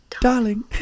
Darling